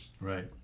Right